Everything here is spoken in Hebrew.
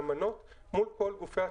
היענות מלאה?